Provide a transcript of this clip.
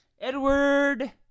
Edward